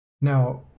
Now